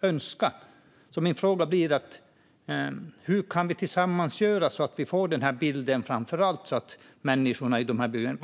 önska. Hur kan vi tillsammans göra så att vi får den bilden, framför allt när det gäller människorna i de här byarna?